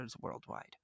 worldwide